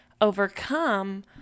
overcome